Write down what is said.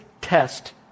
test